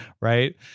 Right